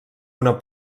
una